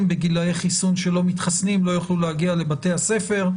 בגילי החיסון שלא מתחסנים לא יוכלו להגיע לבתי הספר,